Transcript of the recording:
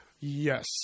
Yes